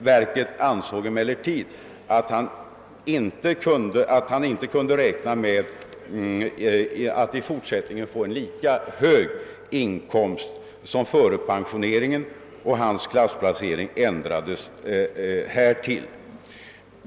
Verket ansåg emellertid att han inte kunde räkna med att i fortsättningen få en lika hög inkomst som före pensioneringen, och hans klassplacering ändrades med hänsyn till detta.